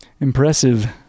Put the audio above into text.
Impressive